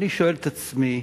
אני שואל את עצמי: